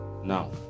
now